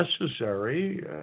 necessary